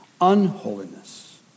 unholiness